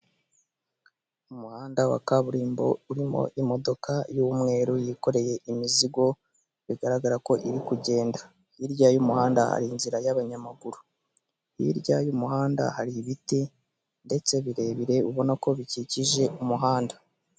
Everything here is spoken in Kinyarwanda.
Umuhanda wa kaburimbo urimo imodoka y'umweru yikoreye imizigo, bigaragara ko iri kugenda. Hirya y'umuhanda hari inzira y'abanyamaguru, hirya y'umuhanda hari ibiti ndetse birebire ubona ko bikikije umuhanda.